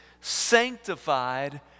sanctified